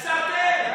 זה אתם.